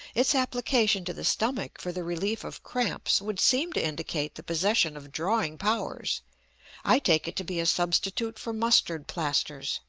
its application to the stomach for the relief of cramps would seem to indicate the possession of drawing powers i take it to be a substitute for mustard plasters.